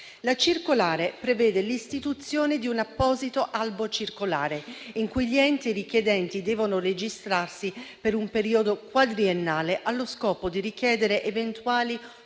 La circolare prevede l'istituzione di un apposito albo circolare in cui gli enti richiedenti devono registrarsi per un periodo quadriennale allo scopo di richiedere eventuali